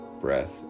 breath